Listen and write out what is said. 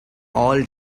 all